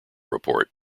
report